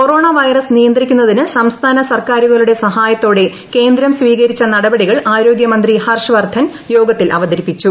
corona virus നിയന്ത്രിക്കുന്നതിന് സംസ്ഥാന സർക്കാരുകളുടെ സഹായത്തോടെ കേന്ദ്രം സ്വീകരിച്ച നടപടികൾ ആരോഗ്യ മന്ത്രി ഹർഷ വർദ്ദൻ യോഗത്തിൽ അവതരിപ്പിച്ചു